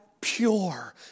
pure